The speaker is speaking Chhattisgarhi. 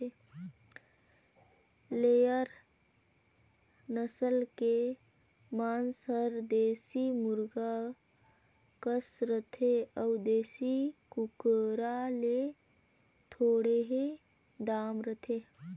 लेयर नसल के मांस हर देसी मुरगा कस रथे अउ देसी कुकरा ले थोरहें दाम रहथे